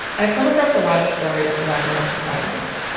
i've come across a lot of stories about domestic violence.